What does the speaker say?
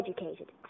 educated